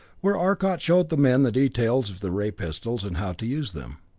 where arcot showed the men the details of the ray pistols, and how to use them.